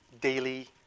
daily